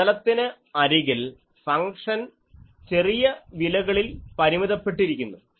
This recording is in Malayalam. പ്രതലത്തിന് അരികിൽ ഫങ്ക്ഷൻ ചെറിയ വിലകളിൽ പരിമിതപ്പെട്ടിരിക്കുന്നു